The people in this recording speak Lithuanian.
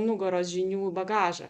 nugaros žinių bagažą